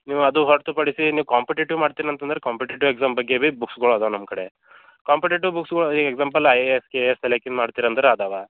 ನೀವು ಅದು ಹೊರತು ಪಡಿಸಿ ನೀವು ಕಾಂಪಿಟೇಟಿವ್ ಮಾಡ್ತೀನಿ ಅಂತಂದ್ರೆ ಕಾಂಪಿಟೇಟಿವ್ ಎಕ್ಸಾಮ್ ಬಗ್ಗೆ ಬಿ ಬುಕ್ಸ್ಗಳು ಅದಾವೆ ನಮ್ಮ ಕಡೆ ಕಾಂಪಿಟೇಟಿವ್ ಬುಕ್ಸ್ಗಳು ಈಗ example I A S K A S ಸೆಲೆಕಿನ್ ಮಾಡ್ತೀನಿ ಅಂದ್ರೆ ಅದಾವೆ